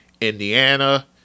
indiana